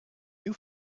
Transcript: you